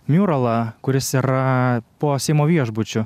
miurolą kuris yra po seimo viešbučiu